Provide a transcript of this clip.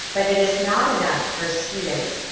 but it is not enough for students,